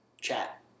chat